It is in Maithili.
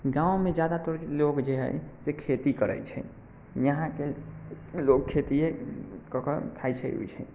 गाँवमे जादातर लोग जे हय से खेती करै छै यहाँके लोक खेतिये कऽ कऽ खाइ छै